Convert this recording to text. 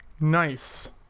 Nice